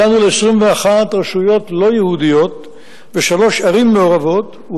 הגענו ל-21 רשויות לא-יהודיות ושלוש ערים מעורבות,